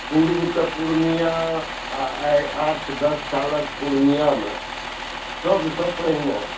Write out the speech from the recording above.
पूर्वके पूर्णिया आ आइ आठ दश सालक पूर्णियामे सबसँ पहिने